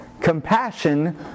Compassion